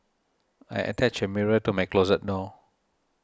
I attached a mirror to my closet door